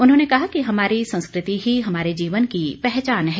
उन्होंने कहा कि हमारी संस्कृति ही हमारे जीवन की पहचान है